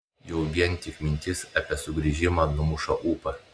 jau vien tik mintis apie sugrįžimą numuša ūpą